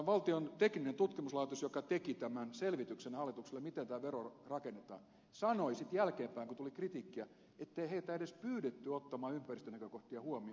valtion teknillinen tutkimuskeskus joka teki tämän selvityksen hallitukselle miten tämä vero rakennetaan sanoi sitten jälkeenpäin kun tuli kritiikkiä ettei heitä edes pyydetty ottamaan ympäristönäkökohtia huomioon